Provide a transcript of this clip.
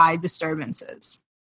disturbances